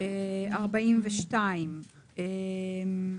הצבעה בעד 2 נגד